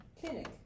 clinic